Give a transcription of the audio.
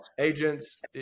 agents